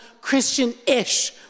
Christian-ish